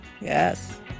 yes